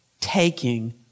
taking